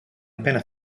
appena